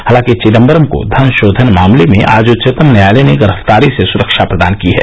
हालांकि चिदम्बरम को धन शोधन मामले में आज उच्चतम न्यायालय ने गिरफ्तारी से सुरक्षा प्रदान की है